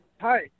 Hi